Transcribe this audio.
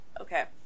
Okay